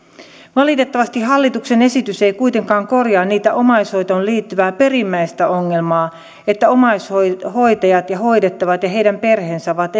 valitettavasti hallituksen esitys ei kuitenkaan korjaa sitä omaishoitoon liittyvää perimmäistä ongelmaa että omaishoitajat hoidettavat ja heidän perheensä ovat